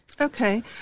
Okay